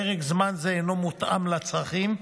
פרק זמן זה אינו מותאם לצרכים,